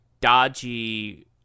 dodgy